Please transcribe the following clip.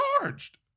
charged